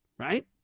Right